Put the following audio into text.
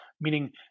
meaning